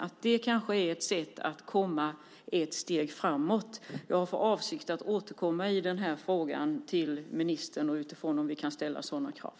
Det är kanske ett sätt att komma ett steg framåt. Jag har för avsikt att återkomma i den frågan till ministern utifrån om vi kan ställa sådana krav.